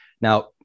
Now